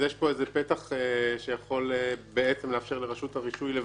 יש פה איזה פתח שיכול לאפשר לרשות הרישוי לבקש.